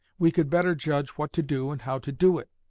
we could better judge what to do and how to do it.